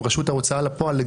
עם רשות ההוצאה לפועל,